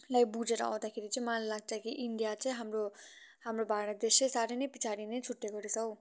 लाई बुझेर आउँदाखेरि चाहिँ मलाई लाग्छ कि इन्डिया चाहिँ हाम्रो हाम्रो भारत देश चाहिँ साह्रै नै पछाडि नै छुटिएको रहेछ हौ